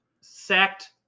Sacked